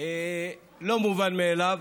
להצעת החוק הזאת, לא מובן מאליו.